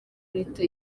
leta